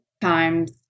times